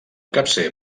capcer